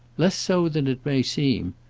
less so than it may seem.